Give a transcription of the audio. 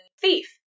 thief